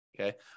Okay